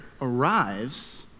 arrives